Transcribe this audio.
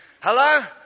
Hello